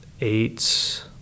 eight